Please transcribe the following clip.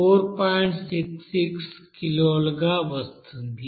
66 కిలోలుగా వస్తుంది